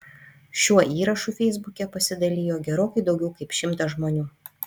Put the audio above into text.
šiuo įrašu feisbuke pasidalijo gerokai daugiau kaip šimtas žmonių